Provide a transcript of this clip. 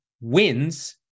wins